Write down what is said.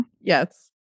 Yes